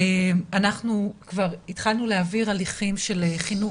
אנחנו כבר התחלנו להעביר הליכים של חינוך